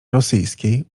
rosyjskiej